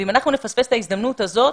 ואם אנחנו נפספס את ההזדמנות הזאת,